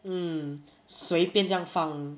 mm 随便这样放